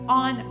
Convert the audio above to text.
on